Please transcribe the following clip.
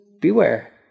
Beware